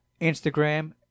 instagram